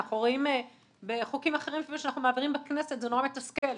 אנחנו רואים בחוקים אחרים שאנחנו מעבירים בכנסת זה נורא מתסכל,